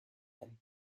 him